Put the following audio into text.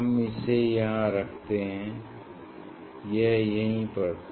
हम इसे यहाँ रखते हैं यह यही पर था